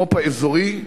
המו"פ האזורי,